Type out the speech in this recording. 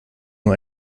nur